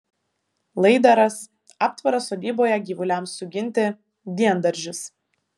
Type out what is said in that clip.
laidaras aptvaras sodyboje gyvuliams suginti diendaržis